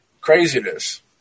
Craziness